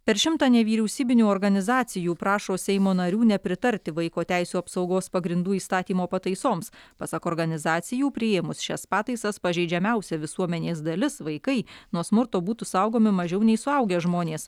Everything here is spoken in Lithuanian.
per šimtą nevyriausybinių organizacijų prašo seimo narių nepritarti vaiko teisių apsaugos pagrindų įstatymo pataisoms pasak organizacijų priėmus šias pataisas pažeidžiamiausia visuomenės dalis vaikai nuo smurto būtų saugomi mažiau nei suaugę žmonės